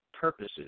purposes